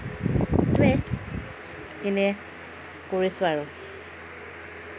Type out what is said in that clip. সেইটোৱে এনে কৰিছোঁ আৰু